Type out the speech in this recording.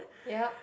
ya